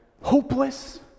hopeless